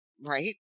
right